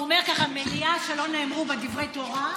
הוא אומר ככה: מליאה שלא נאמרו בה דברי תורה,